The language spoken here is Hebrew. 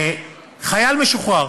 חייל משוחרר,